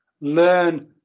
learn